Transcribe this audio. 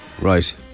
Right